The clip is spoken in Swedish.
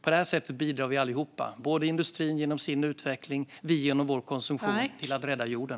På detta sätt bidrar vi allihop, industrin genom sin utveckling och vi genom vår konsumtion, till att rädda jorden.